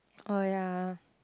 oh ya